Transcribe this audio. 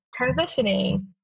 transitioning